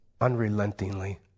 unrelentingly